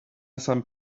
sant